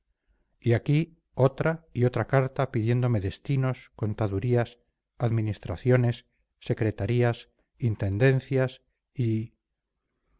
y aquí otra y otra carta pidiéndome destinos contadurías administraciones secretarías intendencias y